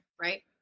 right